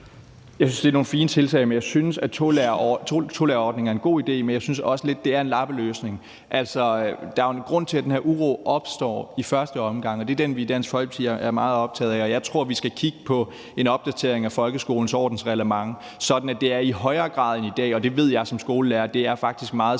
Jeg synes, det er nogle fine tiltag, og jeg synes, at tolærerordning er en god idé, men jeg synes også lidt, det er en lappeløsning. Altså, der er jo en grund til, at den her uro opstår i første omgang, og det er den, vi i Dansk Folkeparti er meget optaget af. Jeg tror, vi skal kigge på en opdatering af folkeskolens ordensreglement, sådan at det i højere grad end i dag er muligt – og det ved jeg som skolelærer faktisk er meget svært